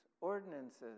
ordinances